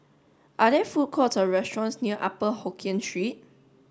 are there food courts or restaurants near Upper Hokkien Street